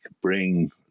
bring